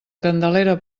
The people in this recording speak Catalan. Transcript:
candelera